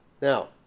Now